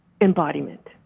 embodiment